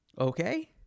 Okay